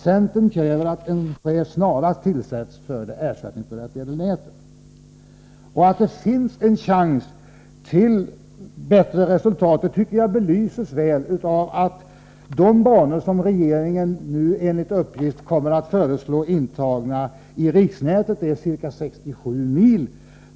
Centern kräver att en chef snarast tillsätts för det ersättningsberättigade nätet. Att det finns en chans till bättre resultat tycker jag belyses väl av att de banor som regeringen nu enligt uppgift kommer att föreslå intagna i riksnätet omfattar ca 67 mil.